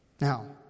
Now